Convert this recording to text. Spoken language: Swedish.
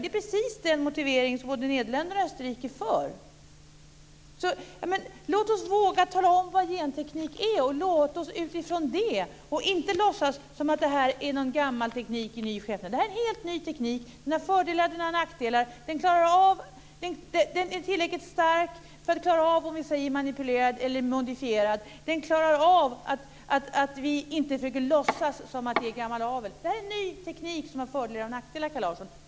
Det är precis den motivering som både Nederländerna och Österrike för fram. Låt oss våga tala om vad genteknik är! Låt oss inte låtsas som om detta är någon gammal teknik i ny skepnad! Det här är en helt ny teknik. Den har fördelar och nackdelar. Den är tillräckligt stark för att klara av att vi säger manipulerad eller modifierad. Den klarar av att vi inte försöker låtsas som om det är gammal avel. Det här är en ny teknik som har fördelar och nackdelar, Kaj Larsson.